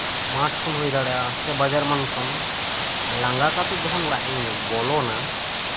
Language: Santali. ᱢᱟᱴᱷ ᱠᱷᱚᱱ ᱦᱩᱭ ᱫᱟᱲᱮᱭᱟᱜᱼᱟ ᱥᱮ ᱵᱟᱡᱟᱨ ᱮᱢᱟᱱ ᱠᱷᱚᱱ ᱞᱟᱸᱜᱟ ᱠᱟᱛᱮ ᱡᱚᱠᱷᱚᱱ ᱚᱲᱟᱜ ᱤᱧ ᱵᱚᱞᱚᱱᱟ